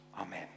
Amen